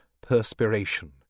perspiration